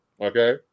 Okay